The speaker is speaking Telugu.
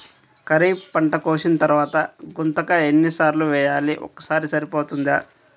ఖరీఫ్ పంట కోసిన తరువాత గుంతక ఎన్ని సార్లు వేయాలి? ఒక్కసారి సరిపోతుందా?